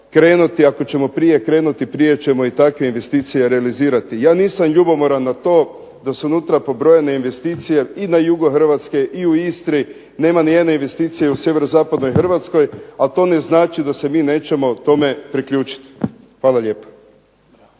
krenuti ako ćemo prije krenuti prije ćemo i takve investicije realizirati. Ja nisam ljubomoran na to da su unutra pobrojene investicije i na jugu Hrvatske i u Istri, nema ni jedne investicije u sjeverozapadnoj Hrvatskoj, a to ne znači da se mi nećemo tome priključiti. Hvala lijepo.